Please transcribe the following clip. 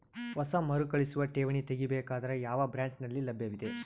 ಹೊಸ ಮರುಕಳಿಸುವ ಠೇವಣಿ ತೇಗಿ ಬೇಕಾದರ ಯಾವ ಬ್ರಾಂಚ್ ನಲ್ಲಿ ಲಭ್ಯವಿದೆ?